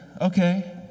Okay